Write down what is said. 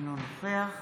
אינו נוכח